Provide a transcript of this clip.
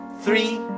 three